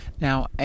now